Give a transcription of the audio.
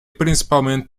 principalmente